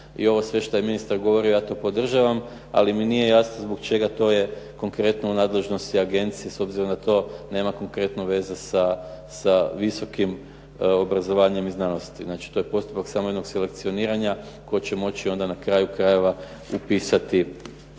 i ovo sve što je ministar govorio ja to podržavam, ali mi nije jasno zbog čega to je konkretno u nadležnosti agencije, s obzirom da to nema konkretno veze sa visokim obrazovanjem i znanosti. Znači to je postupak samo jednog selekcioniranja koje će moći onda na kraju krajeva upisati